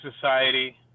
society